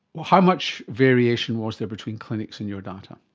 how much variation was there between clinics in your data?